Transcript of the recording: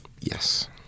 Yes